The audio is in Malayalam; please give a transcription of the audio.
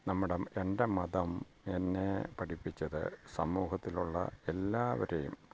നമ്മുടെ എൻ്റെ മതം എന്നെ പഠിപ്പിച്ചത് സമൂഹത്തിലുള്ള എല്ലാവരെയും